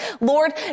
Lord